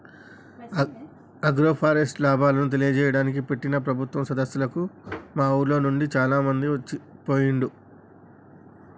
agroforest లాభాలను తెలియజేయడానికి పెట్టిన ప్రభుత్వం సదస్సులకు మా ఉర్లోనుండి చాలామంది పోయిండ్లు